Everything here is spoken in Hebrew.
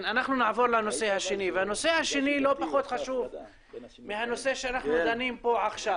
הנושא השני לא פחות חשוב מהנושא שאנחנו דנים בו עכשיו.